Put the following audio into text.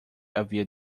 havia